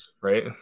right